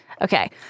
Okay